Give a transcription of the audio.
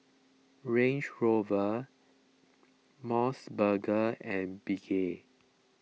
Range Rover Mos Burger and Bengay